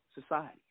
society